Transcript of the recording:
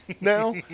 now